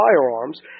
firearms